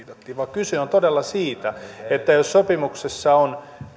kyse on todella siitä että jos sopimuksessa on